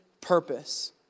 purpose